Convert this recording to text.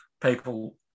people